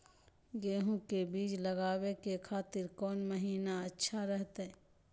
गेहूं के बीज लगावे के खातिर कौन महीना अच्छा रहतय?